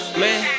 man